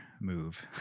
move